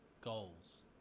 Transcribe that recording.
goals